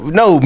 no